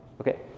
Okay